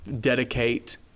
dedicate